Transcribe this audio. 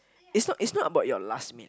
is not is not about your last meal